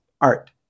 art